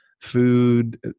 food